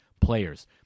players